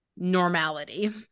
normality